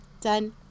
Done